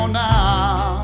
now